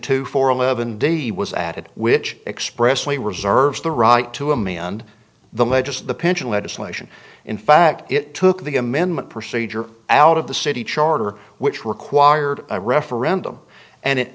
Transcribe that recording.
two for eleven days he was added which expressly reserves the right to a me and the edges of the pension legislation in fact it took the amendment procedure out of the city charter which required a referendum and it